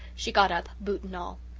she got up, boot and all.